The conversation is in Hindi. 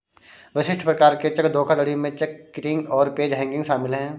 विशिष्ट प्रकार के चेक धोखाधड़ी में चेक किटिंग और पेज हैंगिंग शामिल हैं